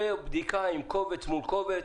זה בדיקה עם קובץ מול קובץ.